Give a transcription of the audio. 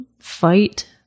fight